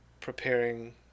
preparing